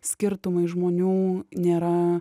skirtumai žmonių nėra